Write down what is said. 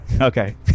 okay